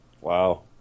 Wow